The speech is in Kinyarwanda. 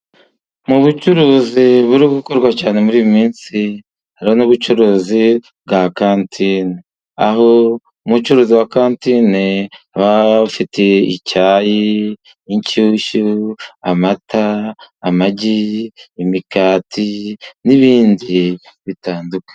Mu bucuruzi buri gukorwa cyane muri iyi minsi harimo ubucuruzi bwa kantine, aho umucuruzi wa kantine aba afite icyayi, inshyushyu, amata, amagi, imigati n'ibindi bitandukanye.